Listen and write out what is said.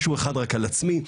משהו אחד רק על עצמי,